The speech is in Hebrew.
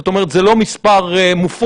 זאת אומרת, זה לא מספר מופרך.